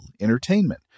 entertainment